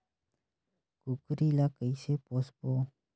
कूकरी ला कइसे पोसबो?